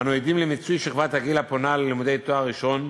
אנו עדים למיצוי שכבת הגיל הפונה ללימודי תואר ראשון.